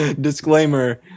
Disclaimer